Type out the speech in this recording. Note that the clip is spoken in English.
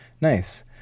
Nice